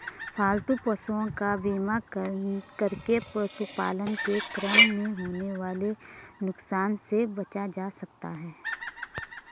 पालतू पशुओं का बीमा करके पशुपालन के क्रम में होने वाले नुकसान से बचा जा सकता है